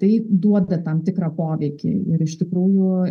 tai duoda tam tikrą poveikį ir iš tikrųjų